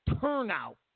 turnout